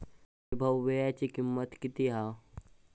वैभव वीळ्याची किंमत किती हा?